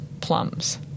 plums